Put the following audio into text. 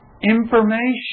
information